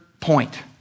point